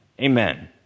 Amen